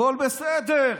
הכול בסדר.